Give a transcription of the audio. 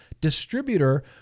distributor